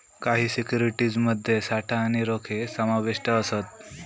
काही सिक्युरिटीज मध्ये साठा आणि रोखे समाविष्ट असत